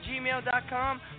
gmail.com